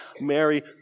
Mary